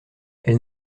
elle